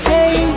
Hey